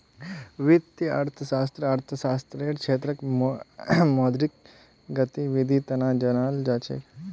वित्तीय अर्थशास्त्ररक अर्थशास्त्ररेर क्षेत्रत मौद्रिक गतिविधीर तना जानाल जा छेक